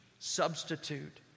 substitute